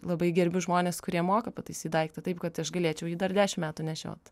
labai gerbiu žmones kurie moka pataisyt daiktą taip kad aš galėčiau jį dar dešim metų nešiot